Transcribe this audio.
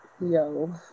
yo